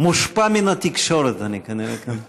אני מושפע מן התקשורת, כנראה.